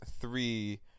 three